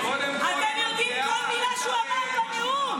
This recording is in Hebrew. אתם יודעים כל מילה שהוא אמר בנאום.